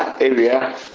Area